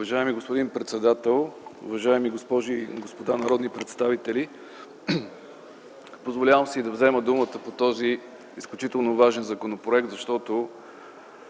Позволявам си да взема думата по този изключително важен законопроект, защото,